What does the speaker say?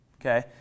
okay